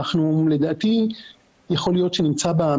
ויכול להיות שקבוצה תביא לרתיעה של חלק מן המשתתפים.